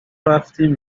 رفتیم